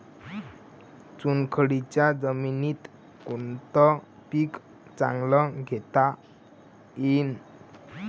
चुनखडीच्या जमीनीत कोनतं पीक चांगलं घेता येईन?